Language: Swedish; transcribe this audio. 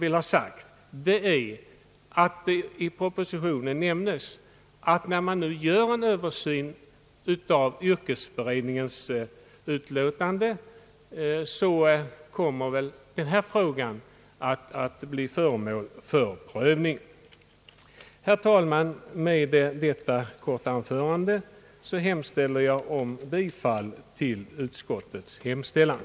I propositionen nämnes att när man nu gör en Översyn av yrkesberedningens utlåtande kommer den här frågan att bli föremål för prövning. Detta vill jag gärna understryka. Herr talman! Med detta korta anförande hemställer jag om bifall till utskottets förslag.